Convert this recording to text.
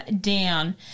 down